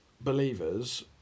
believers